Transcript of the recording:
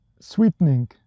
sweetening